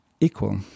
equal